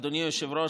אדוני היושב-ראש,